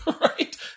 right